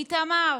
איתמר,